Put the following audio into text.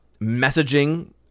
messaging